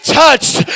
touched